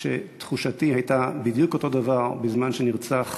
שתחושתי הייתה בדיוק אותו הדבר בזמן שנרצח